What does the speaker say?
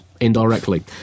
indirectly